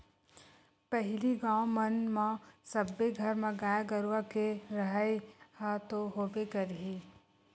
पहिली गाँव मन म सब्बे घर म गाय गरुवा के रहइ ह तो होबे करही